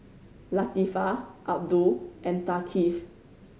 Latifa Abdul and Thaqif